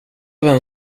vem